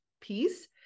piece